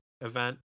event